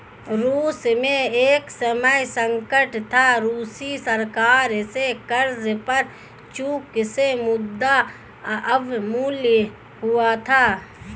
रूस में एक समय संकट था, रूसी सरकार से कर्ज पर चूक से मुद्रा अवमूल्यन हुआ था